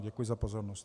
Děkuji za pozornost.